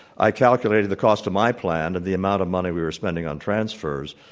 i calculated the cost of my plan and the amount of money we were spending on transfers,